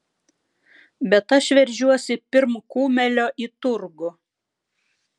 bet aš veržiuosi pirm kumelio į turgų